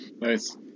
Nice